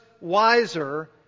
wiser